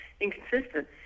inconsistent